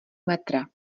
metra